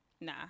Nah